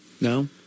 No